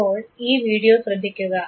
ഇപ്പോൾ ഈ വീഡിയോ ശ്രദ്ധിക്കുക